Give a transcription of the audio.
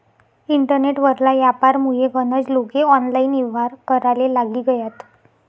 internet वरला यापारमुये गनज लोके ऑनलाईन येव्हार कराले लागी गयात